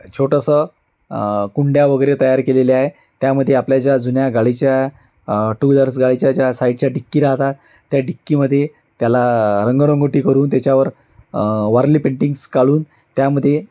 छोटंसं कुंड्या वगैरे तयार केलेल्या आहे त्यामध्ये आपल्या ज्या जुन्या गाडीच्या टू व्हीलर्स गाडीच्या ज्या साईडच्या डिक्की राहतात त्या डिक्कीमध्ये त्याला रंगरंगोटी करून त्याच्यावर वारली पेंटिंग्स काढून त्यामध्ये